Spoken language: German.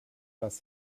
dass